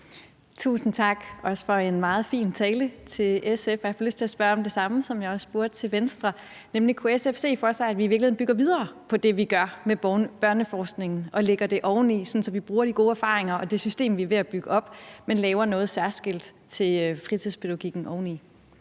også til SF for en meget fin tale. Jeg får lyst til at spørge om det samme, som jeg også spurgte Venstre om, nemlig om SF kunne se for sig, at vi i virkeligheden bygger videre på det, vi gør med børneforskningen, og lægger det oveni, sådan at vi bruger de gode erfaringer og det system, vi er ved at bygge op, men laver noget særskilt til fritidspædagogikken oveni.